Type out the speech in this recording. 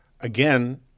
Again